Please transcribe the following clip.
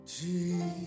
Jesus